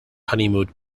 honeymoon